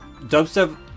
Dubstep